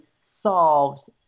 solved